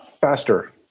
faster